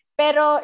pero